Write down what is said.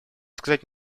сказать